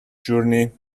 journey